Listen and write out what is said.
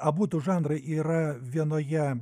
abudu žanrai yra vienoje